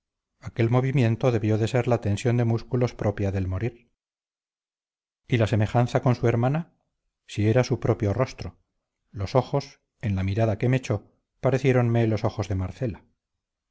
aquel movimiento debió de ser la tensión de músculos propia del morir y la semejanza con su hermana si era su propio rostro los ojos en la mirada que me echó pareciéronme los ojos de marcela